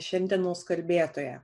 šiandienos kalbėtoją